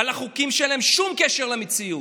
על חוקים שאין להם שום קשר למציאות.